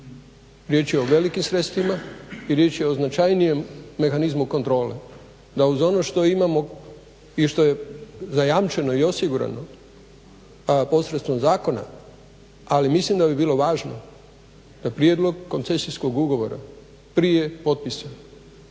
Riječ je o velikim sredstvima i riječ je o značajnijem mehanizmu kontrole da uz ono što imamo i što je zajamčeno i osigurano posredstvom zakona, ali mislim da bi bilo važno da prijedlog koncesijskog ugovora prije potpisa